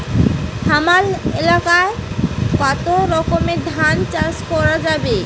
হামার এলাকায় কতো রকমের ধান চাষ করা যাবে?